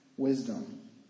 Wisdom